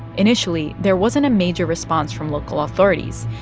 initially, there wasn't a major response from local authorities.